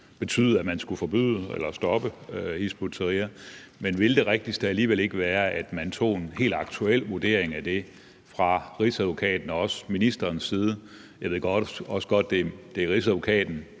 betyde, at man skulle forbyde eller stoppe Hizb ut-Tahrir, men ville det rigtigste alligevel ikke være, at man tog en helt aktuel vurdering af det fra Rigsadvokatens og også fra ministerens side? Jeg ved også godt, at det er Rigsadvokaten,